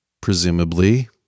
Presumably